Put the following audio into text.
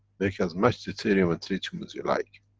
make as much deuterium and tritium as you like.